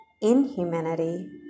inhumanity